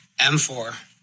M4